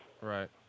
Right